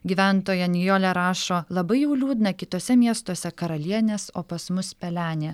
gyventoja nijolė rašo labai jau liūdna kituose miestuose karalienės o pas mus pelenė